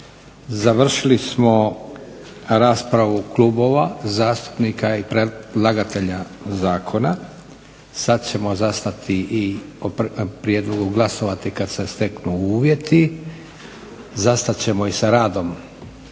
Završili smo raspravu klubova, zastupnika i predlagatelja zakona. Sad ćemo zastati i o prijedlogu glasovati kad se steknu uvjeti. Zastat ćemo i sa radom